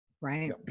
Right